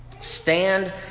Stand